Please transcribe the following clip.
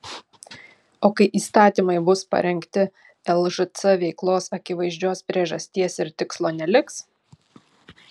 o kai įstatymai bus parengti lžc veiklos akivaizdžios priežasties ir tikslo neliks